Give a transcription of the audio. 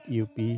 UP